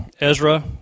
Ezra